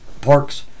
parks